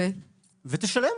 ותשלם.